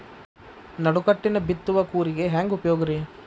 ನಡುಕಟ್ಟಿನ ಬಿತ್ತುವ ಕೂರಿಗೆ ಹೆಂಗ್ ಉಪಯೋಗ ರಿ?